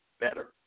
better